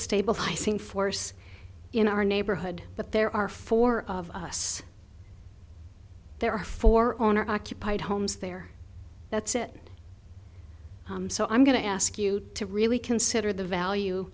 stabilizing force in our neighborhood but there are four of us there are four owner occupied homes there that's it so i'm going to ask you to really consider the value